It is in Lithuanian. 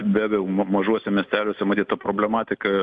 be abejo ma mažuose miesteliuose matyt problematika